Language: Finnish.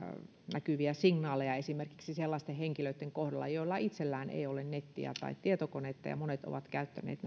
näkyviä signaaleja esimerkiksi sellaisten henkilöitten kohdalla joilla itsellään ei ole nettiä tai tietokonetta ja monet ovat käyttäneet